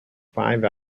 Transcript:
five